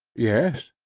yes.